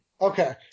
Okay